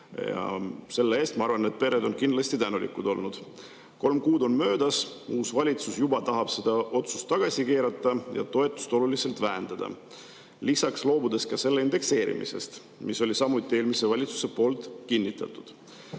selle eest, ma arvan, on pered kindlasti tänulikud olnud. Kolm kuud on möödas ja uus valitsus tahab seda otsust juba tagasi keerata ja toetust oluliselt vähendada ning lisaks loobuda ka selle indekseerimisest, mille oli samuti eelmise valitsus kinnitanud.